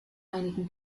einigen